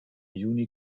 juni